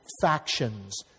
factions